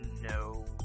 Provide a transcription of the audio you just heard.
no